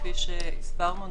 כפי שהסברנו,